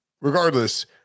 regardless